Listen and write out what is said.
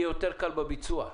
יהיה קל יותר בזמן הביצוע.